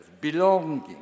belonging